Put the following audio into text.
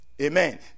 Amen